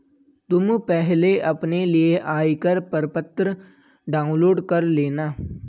तुम पहले अपने लिए आयकर प्रपत्र डाउनलोड कर लेना